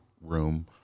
room